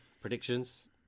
predictions